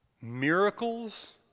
Miracles